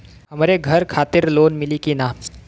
हमरे घर खातिर लोन मिली की ना?